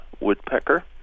woodpecker